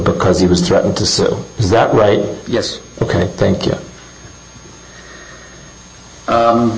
because he was threatened to sue is that right yes ok thank you